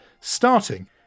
starting